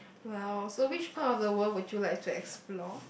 well so which part of the world would you like to explore